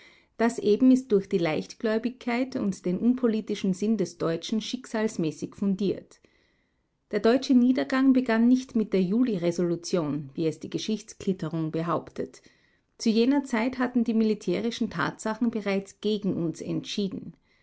das eben ist durch die leichtgläubigkeit und den unpolitischen sinn des deutschen schicksalsmäßig fundiert der deutsche niedergang begann nicht mit der juli-resolution wie es die geschichtsklitterung behauptet zu jener zeit hatten die militärischen tatsachen bereits gegen uns entschieden